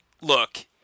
look